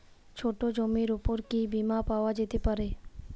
ছোট জমির উপর কি বীমা পাওয়া যেতে পারে?